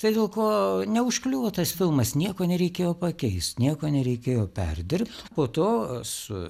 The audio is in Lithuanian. tai dėl ko neužkliuvo tas filmas nieko nereikėjo pakeist nieko nereikėjo perdirbt po to su